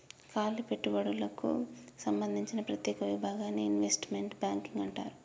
కాలి పెట్టుబడులకు సంబందించిన ప్రత్యేక విభాగాన్ని ఇన్వెస్ట్మెంట్ బ్యాంకింగ్ అంటారు